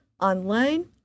online